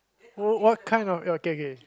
what kind of oh okay okay